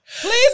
Please